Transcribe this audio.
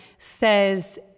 says